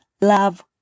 love